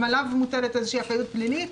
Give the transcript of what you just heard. גם עליו מוטלת איזושהי אחריות פלילית,